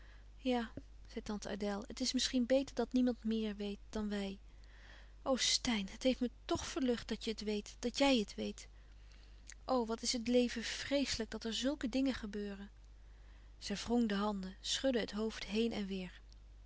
ja zei tante adèle het is misschien beter dat niemand meér weet dan wij o steyn het heeft me tch verlucht dat je het weet dat jij het weet o wat is het leven vreeslijk dat er zulke dingen gebeuren zij wrong de handen schudde het hoofd heen en weêr